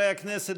חברי הכנסת,